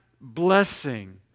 blessing